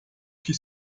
que